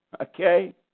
Okay